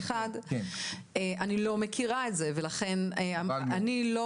אני לא מכירה את זה ולכן אני לא